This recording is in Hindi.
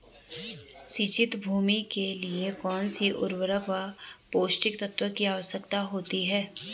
सिंचित भूमि के लिए कौन सी उर्वरक व पोषक तत्वों की आवश्यकता होती है?